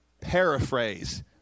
Paraphrase